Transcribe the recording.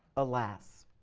alas!